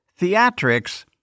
theatrics